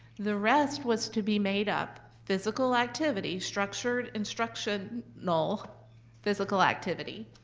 the rest was to be made up physical activity, instructional instructional you know physical activity,